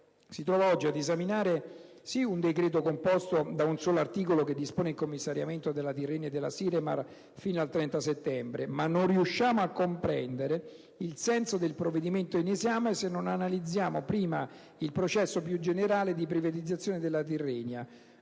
si trova oggi ad esaminare sì un decreto composto da un solo articolo che dispone il commissariamento della Tirrenia e della Siremar fino al 30 settembre 2010, ma non riusciamo a comprendere il senso del provvedimento in esame se non analizziamo prima il processo più generale di privatizzazione della Tirrenia.